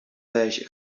beige